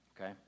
Okay